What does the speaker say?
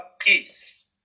peace